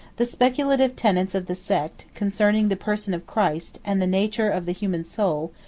the speculative tenets of the sect, concerning the person of christ, and the nature of the human soul,